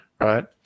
right